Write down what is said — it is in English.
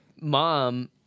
mom